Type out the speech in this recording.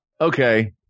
Okay